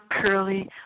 curly